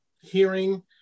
hearing